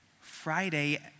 Friday